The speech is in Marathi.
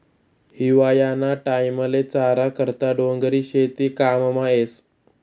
हिवायाना टाईमले चारा करता डोंगरी शेती काममा येस